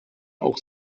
auch